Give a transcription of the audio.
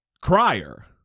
Crier